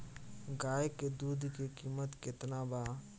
गाय के दूध के कीमत केतना बा?